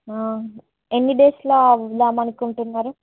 ఎన్ని డేస్ వెళదామని అనుకుంటున్నారు